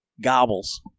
gobbles